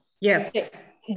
Yes